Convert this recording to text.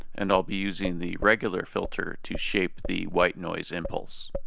and i'll be using the regular filter to shape the white noise impulse.